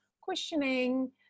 questioning